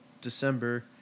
December